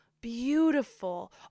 beautiful